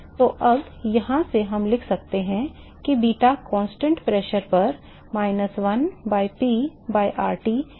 तो अब यहाँ से हम लिख सकते हैं कि बीटा constant दाब पर minus 1 by P by RT into drho by dT है